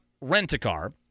rent-a-car